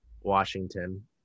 Washington